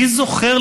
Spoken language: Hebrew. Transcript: "מי זוכר,